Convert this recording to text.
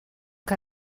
que